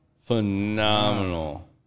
Phenomenal